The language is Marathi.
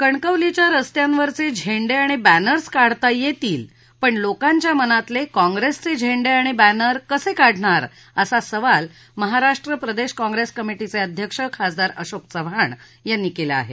कणकवलीच्या रस्त्यांवरचे झेंडे आणि बॅनर्स काढता येतील पण लोकांच्या मनातले काँप्रेसचे झेंडे आणि बॅनर कसे काढणार असा सवाल महाराष्ट्र प्रदेश काँग्रेस कमिशीचे अध्यक्ष खासदार अशोक चव्हाण यांनी केला आहे